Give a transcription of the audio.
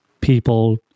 people